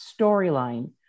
storyline